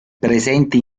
presente